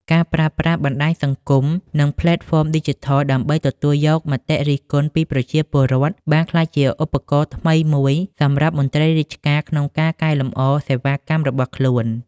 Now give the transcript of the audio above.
ការប្រើប្រាស់បណ្តាញសង្គម និងផ្លេតហ្វមឌីជីថលដើម្បីទទួលយកមតិរិះគន់ពីប្រជាពលរដ្ឋ បានក្លាយជាឧបករណ៍ថ្មីមួយសម្រាប់មន្ត្រីរាជការក្នុងការកែលម្អសេវាកម្មរបស់ខ្លួន។